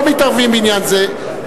שלא מתערבים בעניין זה.